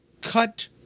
Cut